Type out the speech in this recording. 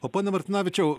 o pone martinavičiau